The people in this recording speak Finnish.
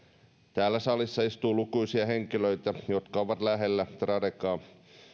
täällä salissa istuu lukuisia henkilöitä jotka ovat lähellä tradekaa